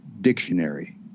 dictionary